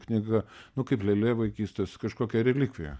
knyga nu kaip lėlė vaikystės kažkokia relikvija